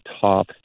top